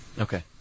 Okay